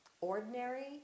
ordinary